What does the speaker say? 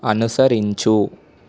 అనుసరించు